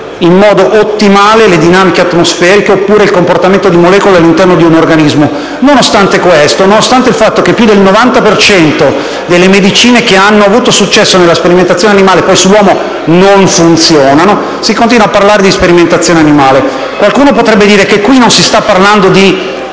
in modo ottimale le dinamiche atmosferiche oppure il comportamento di molecole all'interno di un organismo. Nonostante questo, nonostante il fatto che più del 90 per cento delle medicine che hanno avuto successo nella sperimentazione animale poi sull'uomo non funzionino, si continua a parlare di sperimentazione animale. Qualcuno potrebbe dire che qui non si sta parlando di